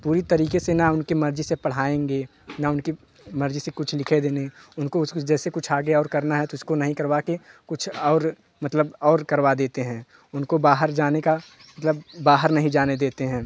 पूरी तरीके से ना उनकी मर्ज़ी से पढ़ाएँगे ना उनकी मर्ज़ी से लिखने देंगे उनको उसके जैसे कुछ आगे और करना है तो उसको नहीं करवाकर कुछ और मतलब और करवा देते हैं उनको बाहर जाने का मतलब बाहर नहीं जाने देते हैं